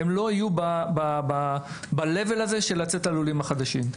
הם לא יהיו ברמה הזאת של לצקת ללולים החדשים.